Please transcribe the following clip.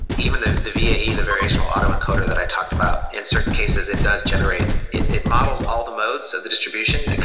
even the the vae, the variational autoencoder that i talked about, in certain cases it does generate it it models all the modes of the distribution,